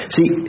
See